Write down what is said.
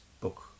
book